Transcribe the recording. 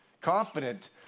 Confident